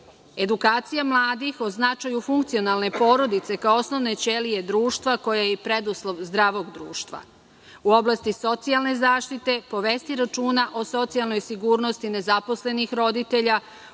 edukacija mladih o značaju funkcionalne porodice kao osnovne ćelije društva, koja je i preduslov zdravog društva.U oblasti socijalne zaštite, povesti računa o socijalnoj sigurnosti nezaposlenih roditelja;